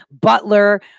butler